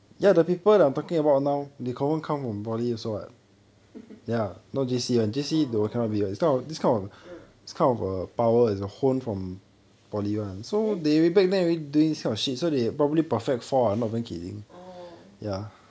orh ah then ah oh